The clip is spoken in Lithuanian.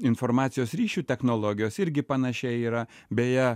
informacijos ryšių technologijos irgi panašiai yra beje